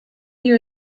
you